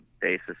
basis